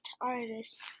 artist